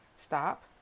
Stop